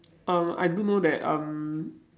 um I do know that um